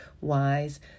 wise